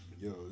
Yo